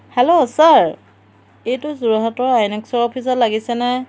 hello sir এইটো যোৰহাটৰ আইনেক্সৰ অফিচত লাগিছেনে